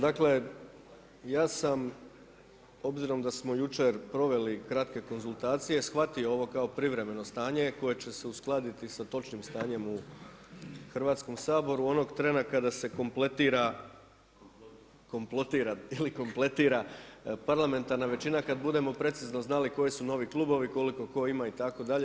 Dakle ja sam obzirom da smo jučer proveli kratke konzultacije shvatio ovo kao privremeno stanje koje će se uskladiti sa točnim stanjem u Hrvatskom saboru onog trena kada se kompletira, komplotira ili kompletira parlamentarna većina kada budemo precizno znali koji su novi klubovi, koliko tko ima itd.